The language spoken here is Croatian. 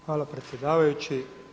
Hvala predsjedavajući.